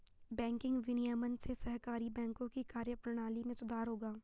banking विनियमन से सहकारी बैंकों की कार्यप्रणाली में सुधार होगा